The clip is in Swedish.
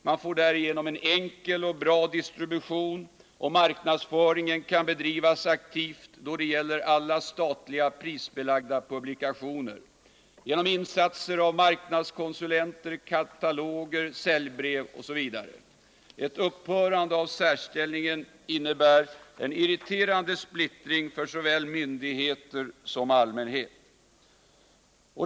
Man får därigenom en enkel och bra distribution, och marknadsföringen kan bedrivas aktivt då det gäller alla statliga prisbelagda publikationer genom insatser av marknadskonsulenter, genom utgivning av kataloger och säljbrev osv. Ett upphörande av särställningen innebär en irriterande splittring för såväl myndigheter som allmänhet.